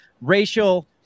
racial